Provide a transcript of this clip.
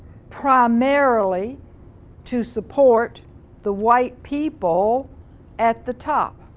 primarily to support the white people at the top.